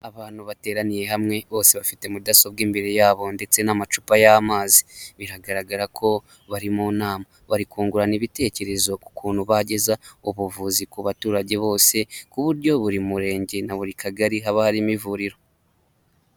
Abantu bateraniye hamwe bose bafite mudasobwa imbere yabo ndetse n'amacupa y'amazi, biragaragara ko bari mu nama, bari kungurana ibitekerezo ku kuntu bageza ubuvuzi ku baturage bose, ku buryo buri murenge na buri kagari haba harimo ivuriro.